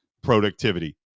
productivity